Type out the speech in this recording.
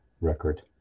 record